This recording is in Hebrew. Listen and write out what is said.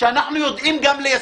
שאנחנו יודעים גם ליישם.